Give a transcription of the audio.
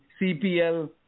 CPL